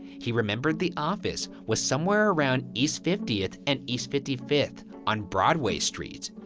he remembered the office was somewhere around east fiftieth and east fifty fifth on broadway street.